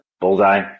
bullseye